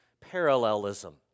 parallelism